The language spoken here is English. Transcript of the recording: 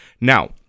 Now